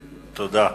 תודה.